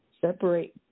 separate